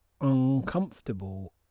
uncomfortable